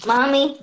Mommy